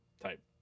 type